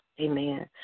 Amen